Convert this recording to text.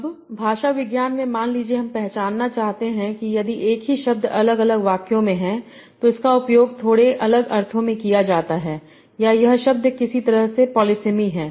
अब भाषाविज्ञान में मान लीजिए कि हम पहचाननाचाहते हैं कि यदि एक ही शब्द अलग अलग वाक्यों में है तो इसका उपयोग थोड़े अलग अर्थों में किया जाता है या यह शब्द किसी तरह से पॉलिसमी है